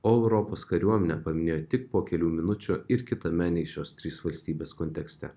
o europos kariuomenę paminėjo tik po kelių minučių ir kitame nei šios trys valstybės kontekste